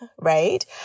right